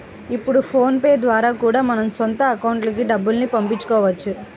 ఇప్పుడు PhonePe ద్వారా కూడా మన సొంత అకౌంట్లకి డబ్బుల్ని పంపించుకోవచ్చు